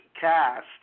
cast